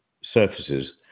surfaces